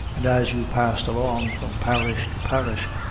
and as you passed along from parish to parish,